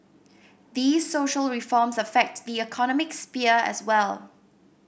these social reforms affect the economic sphere as well